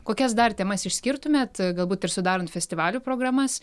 kokias dar temas išskirtumėt galbūt ir sudarant festivalių programas